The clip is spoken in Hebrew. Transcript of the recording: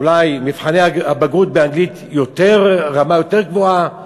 אולי מבחני הבגרות באנגלית ברמה יותר גבוהה,